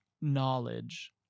knowledge